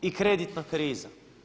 I kreditna kriza.